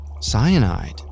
Cyanide